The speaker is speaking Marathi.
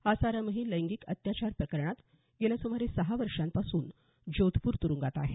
आसारामही लैंगिक अत्याचार प्रकरणात गेल्या सुमारे सहा वर्षांपासून जोधपूर तुरुंगात आहे